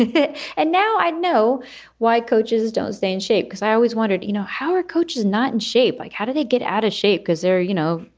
and now i know why coaches don't stay in shape because i always wondered, you know, how are coaches not in shape? like, how do they get out of shape? because they're, you know,